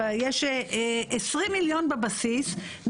יש 20 מיליון בבסיס,